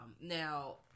now